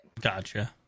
Gotcha